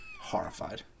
Horrified